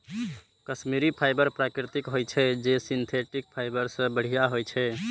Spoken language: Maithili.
कश्मीरी फाइबर प्राकृतिक होइ छै, जे सिंथेटिक फाइबर सं बढ़िया होइ छै